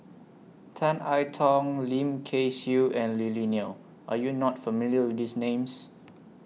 Tan I Tong Lim Kay Siu and Lily Neo Are YOU not familiar with These Names